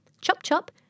Chop-chop